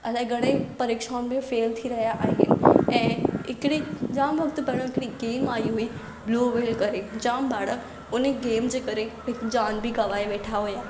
इलाही घणे ई परीक्षाउनि में फेल थी रहिया आहिनि ऐं हिकिड़ी जाम वक़्तु पहिरियों हिकिड़ी गेम आई हुई ब्लू व्हेल करे जाम ॿार उन गेम जे करे जान बि गवांए वेठा हुआ